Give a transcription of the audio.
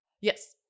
Yes